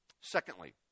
Secondly